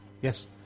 Yes